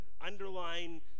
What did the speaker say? underlying